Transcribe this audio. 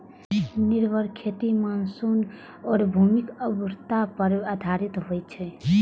निर्वाह खेती मानसून आ भूमिक उर्वरता पर आधारित होइ छै